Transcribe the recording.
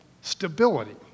stability